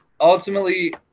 ultimately